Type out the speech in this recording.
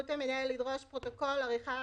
(יא)147(א); בסמכות המנהל לדרוש פרוטוקול עריכת